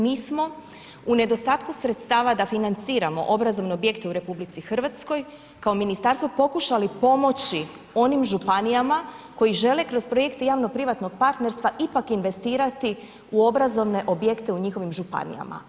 Mi smo, u nedostatku sredstava da financiramo obrazovne objekte u RH kao ministarstvo pokušali pomoći onim županijama koji žele kroz projekte javno privatnog partnerstva ipak investirati u obrazovne objekte u njihovim županijama.